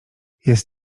jest